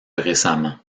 récemment